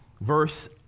verse